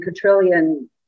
quadrillion